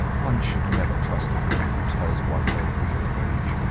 one should never trust a woman who tells one her real age.